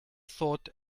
thought